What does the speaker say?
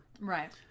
Right